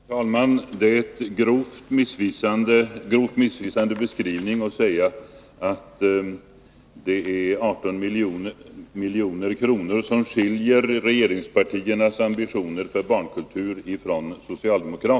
Herr talman! Det är en grovt missvisande beskrivning att säga att det skiljer 18 milj.kr. mellan regeringspartiernas och socialdemokraternas ambitionsnivå för barnkultur.